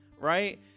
Right